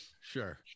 sure